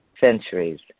centuries